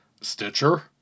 Stitcher